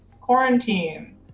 quarantine